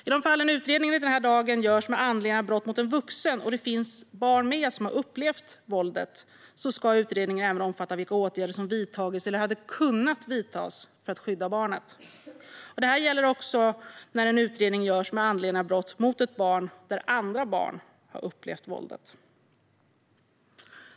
I de fall där utredningar enligt den här lagen görs med anledning av brott mot en vuxen och där det finns barn med som har upplevt våldet ska utredningen även omfatta vilka åtgärder som har vidtagits eller hade kunnat vidtas för att skydda barnet. Det här gäller också när en utredning görs med anledning av brott mot ett barn där andra barn har upplevt våldet.